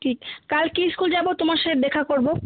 ঠিক কালকে স্কুল যাবো তোমার সঙ্গে দেখা করবো